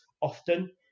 often